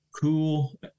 Cool